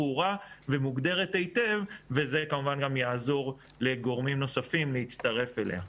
ברורה ומוגדרת היטב וזה כמובן גם יעזור לגורמים נוספים להצטרף אליה.